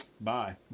bye